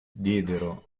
diedero